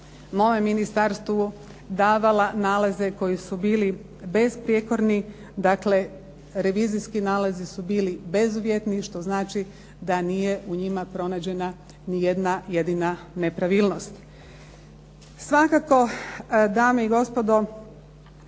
je ministarstvu davala nalaze koji su bili besprijekorni, dakle revizijski nalazi su bili bezuvjetni, što znači da nije u njima pronađena niti jedna jedina nepravilnost. Svakako dame i gospodo